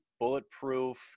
bulletproof